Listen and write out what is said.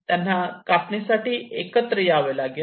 त्यांना कापणीसाठी एकत्र यावे लागेल